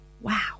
Wow